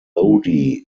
lodi